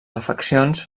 refeccions